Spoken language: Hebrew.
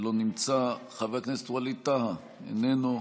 לא נמצא, חבר הכנסת ווליד טאהא, איננו.